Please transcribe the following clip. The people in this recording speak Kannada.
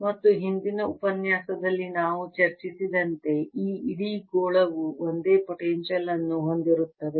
ಮತ್ತು ಹಿಂದಿನ ಉಪನ್ಯಾಸದಲ್ಲಿ ನಾವು ಚರ್ಚಿಸಿದಂತೆ ಈ ಇಡೀ ಗೋಳವು ಒಂದೇ ಪೊಟೆನ್ಶಿಯಲ್ ಅನ್ನು ಹೊಂದಿರುತ್ತದೆ